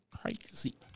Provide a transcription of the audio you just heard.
crazy